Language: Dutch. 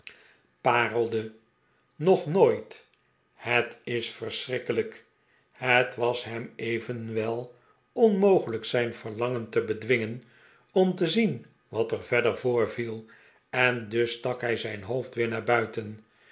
parelde nog nooit het is verschrikkelijk het was hem evenwel onmogelijk zijn verlangen te bedwingen om te zien wat er verder voorviel en dus stak hij zijn hoofd weer naar buiten